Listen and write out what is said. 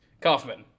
Kaufman